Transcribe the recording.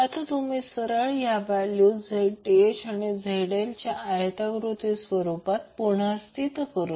आता तुम्ही सरळ या किमती Zth आणि ZL च्या आयताकृती स्वरूपात पुनर्स्थित करा